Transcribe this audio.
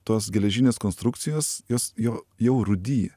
tos geležinės konstrukcijos jos jo jau rūdija